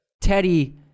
Teddy